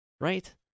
right